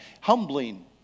humbling